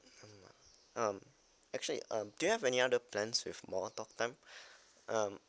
I'm um actually um do you have any other plans with more talk time um